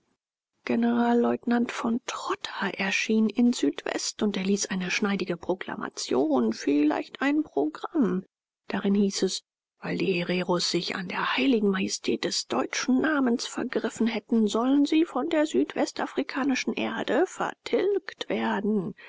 generalleutnant von trotha erschien in südwest und erließ eine schneidige proklamation vielleicht ein programm darin hieß es weil die hereros sich an der heiligen majestät des deutschen namens vergriffen hätten sollten sie von der südwestafrikanischen erde vertilgt werden